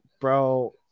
Bro